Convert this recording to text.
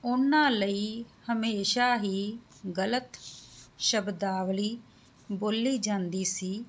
ਉਹਨਾਂ ਲਈ ਹਮੇਸ਼ਾ ਹੀ ਗਲਤ ਸ਼ਬਦਾਵਲੀ ਬੋਲੀ ਜਾਂਦੀ ਸੀ